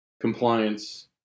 compliance